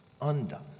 undone